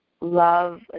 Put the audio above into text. love